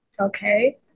Okay